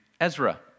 Ezra